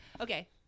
okay